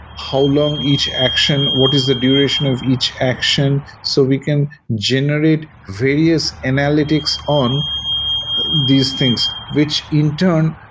how long each action, what is the duration of each action, so we can generate various analytics on these things, which in turn,